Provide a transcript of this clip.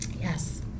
Yes